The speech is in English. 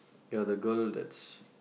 ya the girl that's